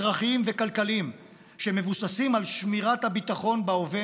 אזרחיים וכלכליים שמבוססים על שמירת הביטחון בהווה